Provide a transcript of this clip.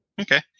okay